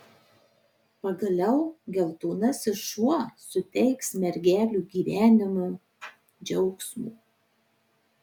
pagaliau geltonasis šuo suteiks mergelių gyvenimui džiaugsmo